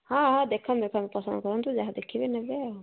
ହଁ ହଁ ଦେଖନ୍ତୁ ଦେଖନ୍ତୁ ପସନ୍ଦ କରନ୍ତୁ ଯାହା ଦେଖିବେ ନେବେ ଆଉ